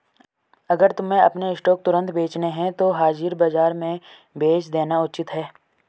अगर तुम्हें अपने स्टॉक्स तुरंत बेचने हैं तो हाजिर बाजार में बेच देना उचित है